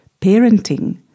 parenting